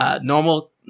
normal